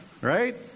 right